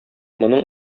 моның